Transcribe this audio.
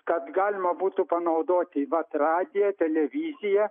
kad galima būtų panaudoti vat radiją televiziją